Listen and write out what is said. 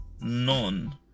none